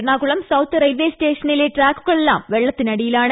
Ernakulam south railway സ്റ്റേഷനിലെ ട്രാക്കുകളെല്ലാം വെള്ളത്തിനടിയിലാണ്